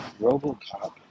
Robocop